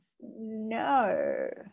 No